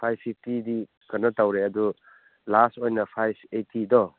five ꯐꯤꯐꯇꯤꯗꯤ ꯀꯩꯅꯣ ꯇꯧꯔꯦ ꯑꯗꯨ ꯂꯥꯁ ꯑꯣꯏꯅ ꯐꯥꯏꯕ ꯑꯩꯠꯇꯤꯗꯣ